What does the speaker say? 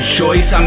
choice